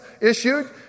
issued